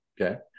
Okay